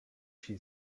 she